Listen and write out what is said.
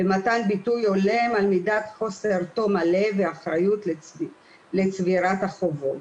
ומתן ביטוי הולם על מידת חוסר תום הלב והאחריות לצבירת החובות.